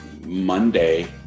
Monday